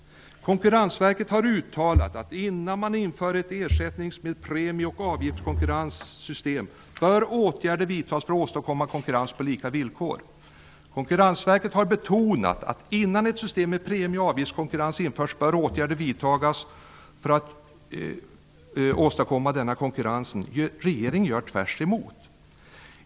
Konkurrensverket har uttalat, att innan man inför ett ersättningssystem med premie och avgiftskonkurrens bör åtgärder vidtas för att åstadkomma konkurrens på lika villkor. Regeringen gör tvärtemot!